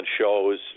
shows